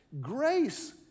Grace